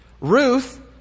Ruth